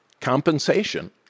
compensation